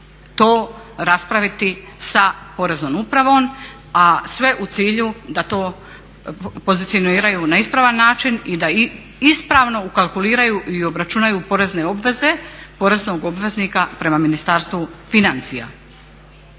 to raspraviti sa Poreznom upravom, a sve u cilju da to pozicioniraju na ispravan način i da ispravno ukalkuliraju u porezne obveze poreznog obveznika prema Ministarstvu financija.